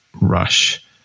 rush